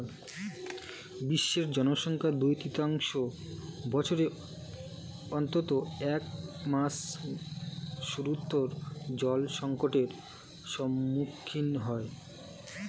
বিশ্বের জনসংখ্যার দুই তৃতীয়াংশ বছরের অন্তত এক মাস গুরুতর জলসংকটের সম্মুখীন হয়